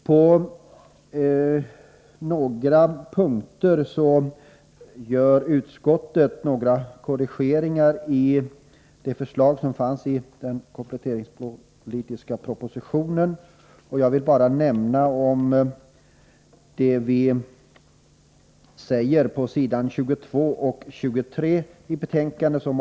På några punkter gör utskottet korrigeringar i det förslag som fanns i kompletteringspropositionen. Jag vill nämna bara det som vi uttalar i betänkandet på s. 22-23 vad gäller ungdomslagen.